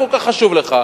אם כל כך חשוב לך,